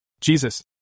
Jesus